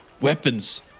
weapons